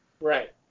Right